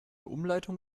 umleitung